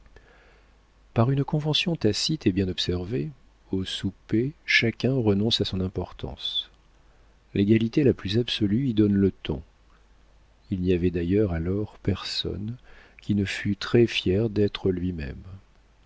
par une convention tacite et bien observée au souper chacun renonce à son importance l'égalité la plus absolue y donne le ton il n'y avait d'ailleurs alors personne qui ne fût très fier d'être lui-même